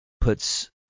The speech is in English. puts